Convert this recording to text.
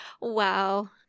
Wow